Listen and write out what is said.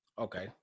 Okay